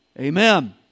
amen